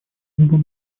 судьбу